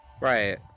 Right